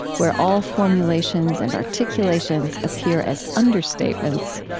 where all formulations and articulations appear as understatements,